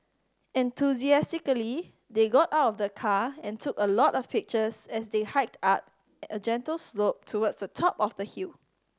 enthusiastically they got out of the car and took a lot of pictures as they hiked up a gentle slope towards the top of the hill